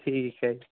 ਠੀਕ ਹੈ